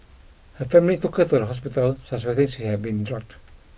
her family took her to the hospital suspecting she had been drugged